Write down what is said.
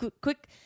quick